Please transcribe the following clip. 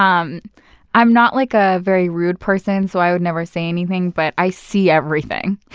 um i'm not like a very rude person, so i would never say anything. but i see everything.